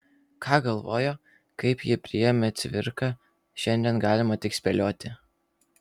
ką galvojo kaip jį priėmė cvirka šiandien galima tik spėlioti